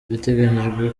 biteganyijwe